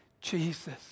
Jesus